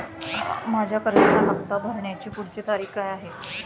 माझ्या कर्जाचा हफ्ता भरण्याची पुढची तारीख काय आहे?